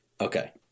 Okay